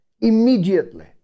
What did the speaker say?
immediately